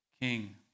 King